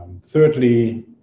thirdly